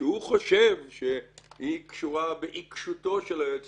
שהוא חושב שהיא קשורה בעיקשותו של היועץ